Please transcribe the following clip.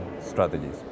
strategies